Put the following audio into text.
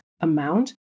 amount